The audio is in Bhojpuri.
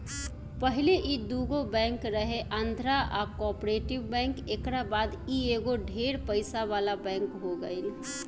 पहिले ई दुगो बैंक रहे आंध्रा आ कॉर्पोरेट बैंक एकरा बाद ई एगो ढेर पइसा वाला बैंक हो गईल